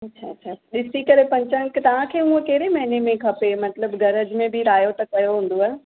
अच्छा अच्छा ॾिसी करे पंचाग की तव्हांखे हूअ कहिड़े महीने में खपे मतलबु घर में बि रायो त कयो हूंदव